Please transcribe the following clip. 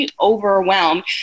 overwhelmed